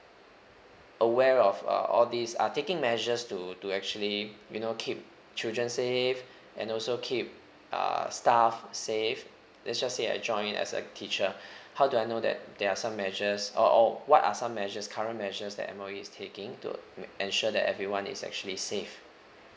aware of uh all these are taking measures to to actually you know keep children save and also keep uh staff save let's just say I join as a teacher how do I know that there are some measures or or what are some measures current measures that M_O_E is taking to m~ ensure that everyone is actually safe